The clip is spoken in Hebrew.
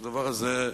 הדבר הזה,